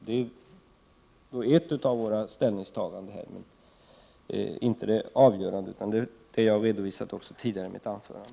Det är ett av våra ställningstaganden, dock inte det avgörande. Jag har redovisat detta tidigare i mitt anförande.